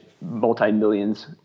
multi-millions